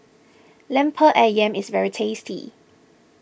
Lemper Ayam is very tasty